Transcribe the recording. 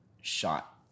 shot